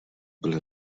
byli